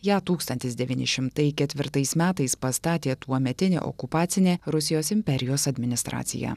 ją tūkstantis devyni šimtai ketvirtais metais pastatė tuometinė okupacinė rusijos imperijos administracija